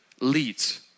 leads